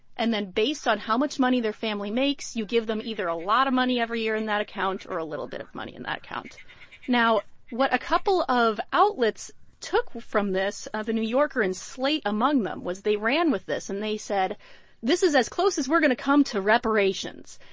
and then based on how much money their family makes, you give them either a lot of money every year in that account or a little bit of money in that account now, what a couple of outlets took from this, the new yorker and slate among them, was they ran with this, and they said this is as close as we're going to come to reparations.